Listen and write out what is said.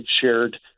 shared